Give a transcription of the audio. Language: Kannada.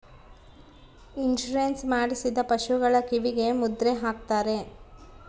ಇನ್ಸೂರೆನ್ಸ್ ಮಾಡಿಸಿದ ಪಶುಗಳ ಕಿವಿಗೆ ಮುದ್ರೆ ಹಾಕ್ತಾರೆ